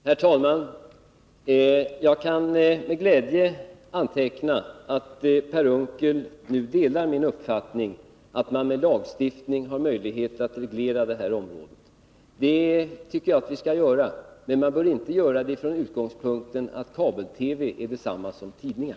Herr talman! Jag kan med glädje anteckna att Per Unckel nu delar min uppfattning att man med lagstiftning har möjlighet att reglera detta område. Det tycker jag vi skall göra, men man bör inte göra det från utgångspunkten att kabel-TV är detsamma som tidningar.